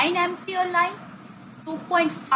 9 Amp line 2